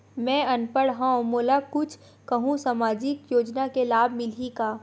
मैं अनपढ़ हाव मोला कुछ कहूं सामाजिक योजना के लाभ मिलही का?